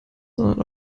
sondern